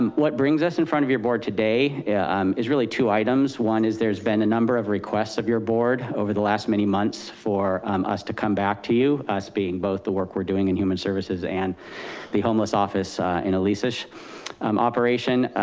um what brings us in front of your board today um is really two items. one is there's been a number of requests of your board over the last many months for um us to come back to you, us being both the work we're doing in human services and the homeless office in elissa's um operation.